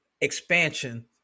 expansion